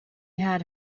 had